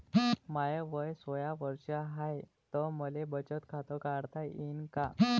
माय वय सोळा वर्ष हाय त मले बचत खात काढता येईन का?